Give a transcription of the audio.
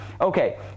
Okay